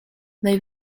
they